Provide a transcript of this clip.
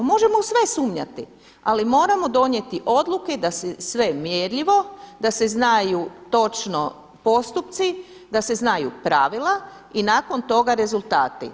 Možemo u sve sumnjati, ali moramo donijeti odluke da je sve mjerljivo, da se znaju točno postupci, da se znaju pravila i nakon toga rezultati.